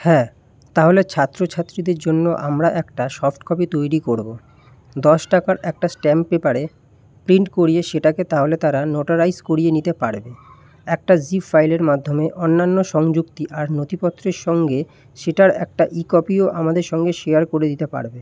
হ্যাঁ তাহলে ছাত্র ছাত্রীদের জন্য আমরা একটা সফ্ট কপি তৈরি করবো দশ টাকার একটা স্ট্যাম্প পেপারে প্রিন্ট করিয়ে সেটাকে তাহলে তারা নোটারাইজ করিয়ে নিতে পারবে একটা জিপ ফাইলের মাধ্যমে অন্যান্য সংযুক্তি আর নথিপত্রের সঙ্গে সেটার একটা ই কপিও আমাদের সঙ্গে শেয়ার করে দিতে পারবে